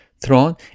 throne